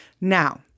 Now